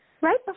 right